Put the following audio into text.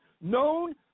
known